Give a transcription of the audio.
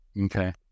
Okay